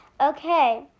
Okay